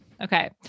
Okay